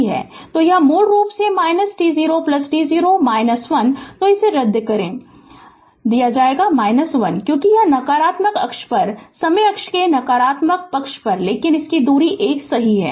तो यह मूल रूप से है t0 t0 1 तो इसे रद्द कर दिया जाएगा 1 क्योंकि यह नकारात्मक अक्ष पर समय अक्ष के नकारात्मक पक्ष पर है लेकिन दूरी 1 सही है